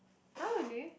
!huh! really